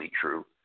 true